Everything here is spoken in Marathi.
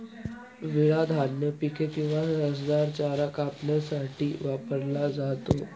विळा धान्य पिके किंवा रसदार चारा कापण्यासाठी वापरला जातो